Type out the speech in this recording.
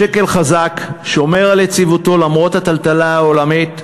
השקל חזק ושומר על יציבותו למרות הטלטלה העולמית,